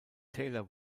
taylor